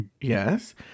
yes